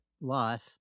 life